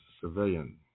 civilian